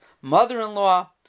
mother-in-law